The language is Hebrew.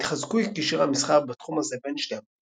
התחזקו קשרי המסחר בתחום הזה בין שתי המדינות.